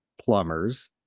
plumbers